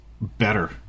better